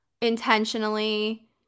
intentionally